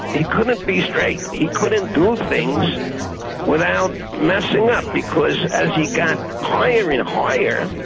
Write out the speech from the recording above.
he couldn't be straight, he couldn't do things without messing up, because as he got higher and higher,